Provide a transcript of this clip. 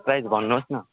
price भन्नुहोस् न